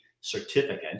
certificate